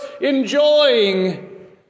enjoying